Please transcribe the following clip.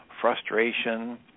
frustration